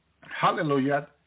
hallelujah